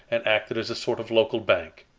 and acted as a sort of local bank.